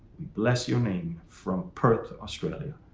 we bless your name from perth, australia.